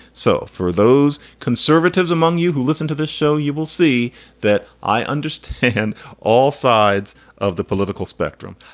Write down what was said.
so for those conservatives among you who listen to this show, you will see that i understand all sides of the political spectrum.